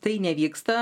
tai nevyksta